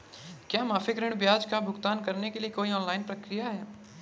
क्या मासिक ऋण ब्याज का भुगतान करने के लिए कोई ऑनलाइन प्रक्रिया है?